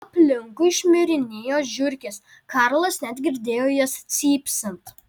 aplinkui šmirinėjo žiurkės karlas net girdėjo jas cypsint